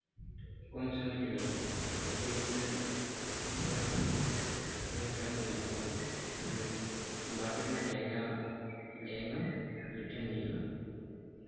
ᱠᱚᱢ ᱥᱚᱢᱚᱭ ᱛᱮᱜᱮ ᱦᱩᱭᱩᱜᱼᱟ ᱨᱤᱞᱥ ᱠᱚ ᱵᱮᱱᱟᱣ ᱫᱚ ᱚᱱᱮᱠᱴᱟ ᱥᱚᱢᱚᱭ ᱦᱟᱛᱟᱣᱟᱭ ᱢᱟᱱᱮ ᱵᱟᱨ ᱯᱮ ᱴᱷᱮᱱᱟᱜ ᱡᱟᱭᱜᱟ ᱡᱟᱭᱜᱟᱢ ᱢᱤᱫ ᱴᱷᱮᱱ ᱦᱩᱭᱩᱜᱼᱟ